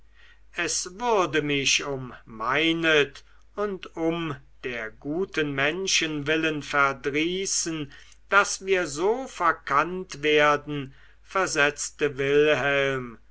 es würde mich um meinet und um der guten menschen willen verdrießen daß wir so verkannt werden versetzte wilhelm